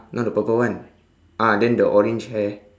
not the purple one ah then the orange hair